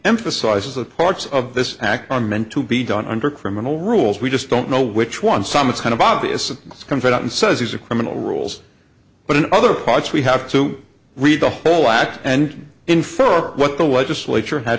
emphasizes the parts of this act are meant to be done under criminal rules we just don't know which one some it's kind of obvious discomfort and says he's a criminal rules but in other parts we have to read the whole act and infer what the legislature had